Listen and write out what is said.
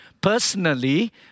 personally